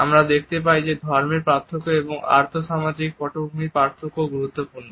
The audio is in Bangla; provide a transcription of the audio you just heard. আমরা দেখতে পাই যে ধর্মের পার্থক্য এবং আর্থ সামাজিক পটভূমির পার্থক্যও গুরুত্বপূর্ণ